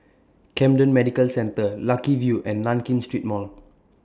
Camden Medical Centre Lucky View and Nankin Street Mall